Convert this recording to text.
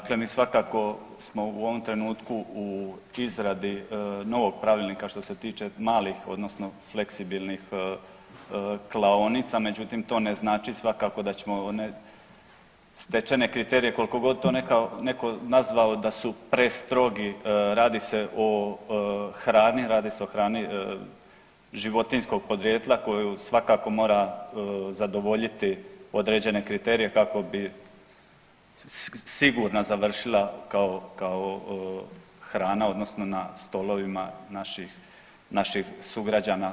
Dakle, mi svakako smo u ovom trenutku izradi novog pravilnika što se tiče malih odnosno fleksibilnih klaonica međutim to ne znači svakako da ćemo one stečene kriterije koliko god to netko nazvao da su prestrogi, radi se o hrani, radi se o hrani životinjskog podrijetla koju svakako mora zadovoljiti određene kriterije kako bi sigurna završila kao, kao hrana odnosno na stolovima naših, naših sugrađana.